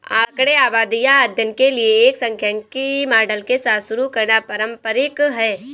आंकड़े आबादी या अध्ययन के लिए एक सांख्यिकी मॉडल के साथ शुरू करना पारंपरिक है